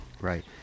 right